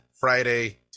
Friday